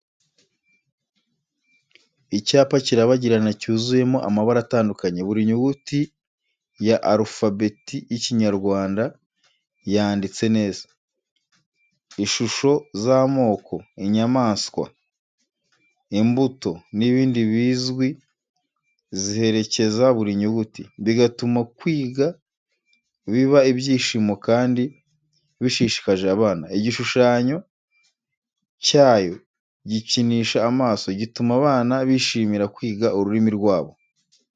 Icyapa kirabagirana cyuzuyemo amabara atandukanye, buri nyuguti ya arufabeti y’Ikinyarwanda yanditse neza. Ishusho z’amoko, inyamaswa, imbuto n’ibintu bizwi ziherekeza buri nyuguti, bigatuma kwiga biba ibyishimo kandi bishishikaje abana. Igishushanyo cyayo gikinisha amaso, gituma abana bishimira kwiga ururimi rwabo.